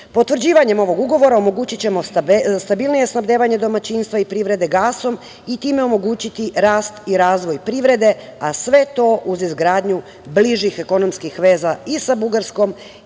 postrojenjima. Potvrđivanjem ovog ugovora omogućićemo stabilnije snabdevanje domaćinstva i privrede gasom i time omogućiti rast i razvoj privrede, a sve to uz izgradnju bližih ekonomskih veza i sa Bugarskom